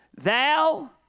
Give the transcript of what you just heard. Thou